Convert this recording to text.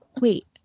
Wait